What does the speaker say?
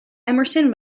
emerson